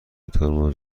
ترمز